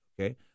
okay